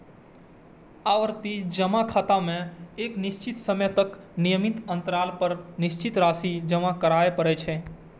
आवर्ती जमा खाता मे एक निश्चित समय तक नियमित अंतराल पर निश्चित राशि जमा करय पड़ै छै